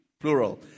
Plural